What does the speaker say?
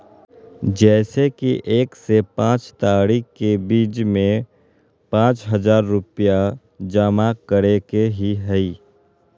जैसे कि एक से पाँच तारीक के बीज में पाँच हजार रुपया जमा करेके ही हैई?